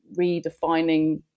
redefining